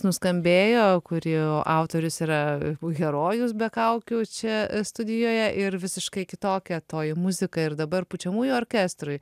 nuskambėjo kurio autorius yra herojus be kaukių čia studijoje ir visiškai kitokia toji muzika ir dabar pučiamųjų orkestrui